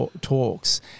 talks